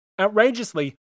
Outrageously